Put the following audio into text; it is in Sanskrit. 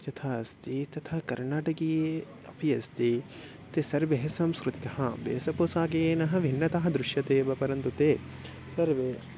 यथा अस्ति तथा कर्नाटकीये अपि अस्ति ते सर्वेः संस्कृतिकः वेशपोशाखेन भिन्नता दृश्यतेव परन्तु ते सर्वे